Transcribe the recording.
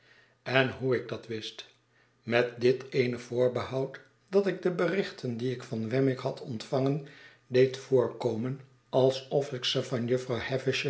en hoe ik dat wist met dit eene voorbehoud dat ik de berichten die ik van wemmick had ontvangen deed voorkomen alsof ikze van jufvrouw